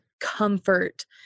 comfort